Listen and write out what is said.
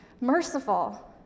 merciful